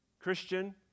Christian